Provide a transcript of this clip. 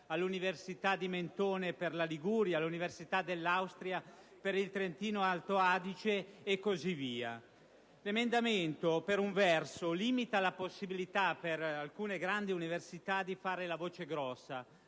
all'università di Mentone per la Liguria, all'università dell'Austria per il Trentino-Alto Adige, e così via. L'emendamento per un verso limita la possibilità per alcune grandi università di fare la voce grossa,